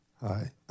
Hi